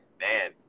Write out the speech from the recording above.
Man